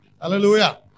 Hallelujah